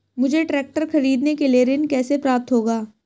मुझे ट्रैक्टर खरीदने के लिए ऋण कैसे प्राप्त होगा?